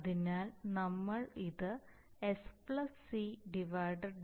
അതിനാൽ നമ്മൾ ഇത് s c s d ആക്കണം